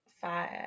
five